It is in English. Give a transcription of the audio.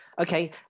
Okay